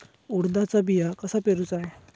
उडदाचा बिया कसा पेरूचा?